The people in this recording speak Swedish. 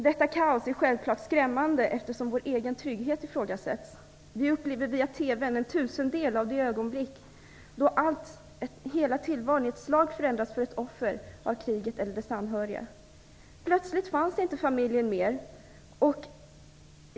Detta kaos är självklart skrämmande, eftersom vår egen trygghet ifrågasätts. Vi upplever via TV:n en tusendel av det ögonblick då hela tillvaron i ett slag förändras för ett offer för kriget eller dess anhöriga - plötsligt fanns inte familjen mer.